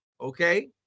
okay